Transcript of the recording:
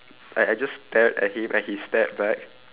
I I just stared at him and he stared back